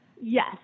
Yes